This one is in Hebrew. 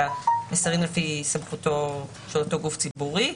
אלא מסרים לפי סמכותו של אותו גוף ציבורי,